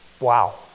Wow